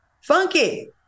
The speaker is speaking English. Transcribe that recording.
Funky